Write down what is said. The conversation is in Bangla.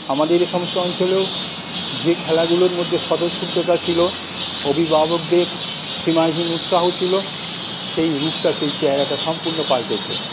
আমাদের এই সমস্ত অঞ্চলেও যে খেলাগুলোর মধ্যে স্বতঃস্ফূর্তটা ছিল অভিভাবকদের সীমাহীন উৎসাহ ছিল সেই রূপটা সেই চেহারাটা সম্পূর্ণ পাল্টেছে